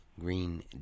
Green